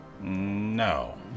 No